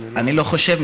אני לא חושב,